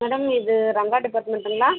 madam இது ரம்பா டிப்பார்ட்மெண்ட்டுங்களா